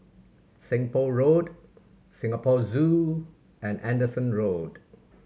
Seng Poh Road Singapore Zoo and Anderson Road